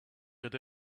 had